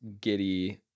giddy